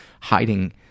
hiding